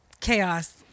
chaos